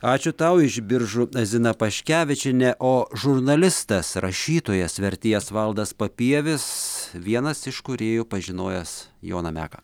ačiū tau iš biržų zina paškevičienė o žurnalistas rašytojas vertėjas valdas papievis vienas iš kūrėjų pažinojęs joną meką